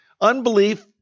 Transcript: unbelief